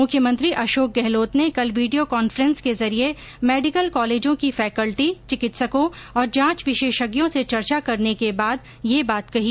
मुख्यमंत्री अशोक गहलोत ने कल वीडियो कांफ्रेंस के जरिए मेडिकल कॉलेजों की फैकल्टी चिकित्सकों और जांच विशेषज्ञों से चर्चा करने के बाद यह बात कही